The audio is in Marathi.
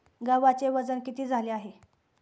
गव्हाचे वजन किती झाले आहे?